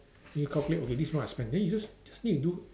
then you calculate okay this month I spend then you just need to do